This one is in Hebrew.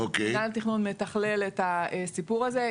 מינהל התכנון מתכלל את הסיפור הזה.